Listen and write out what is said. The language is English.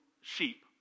sheep